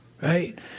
Right